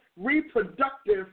reproductive